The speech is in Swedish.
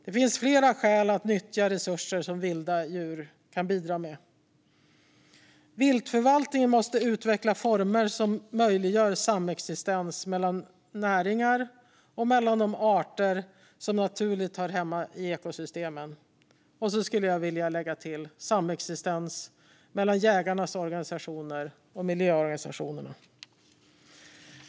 Det finns flera skäl att nyttja resurser som vilda djur kan bidra med. Viltförvaltningen måste utveckla former som möjliggör samexistens mellan näringar och de arter som naturligt hör hemma i ekosystemen. Jag skulle också vilja lägga till samexistens mellan jägarnas organisationer och miljöorganisationerna.